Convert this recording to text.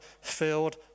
filled